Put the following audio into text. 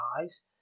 eyes